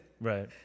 right